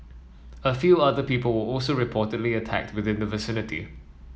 a few other people also reportedly attacked within the vicinity